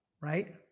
Right